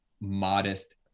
modest